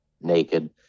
naked